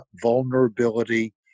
vulnerability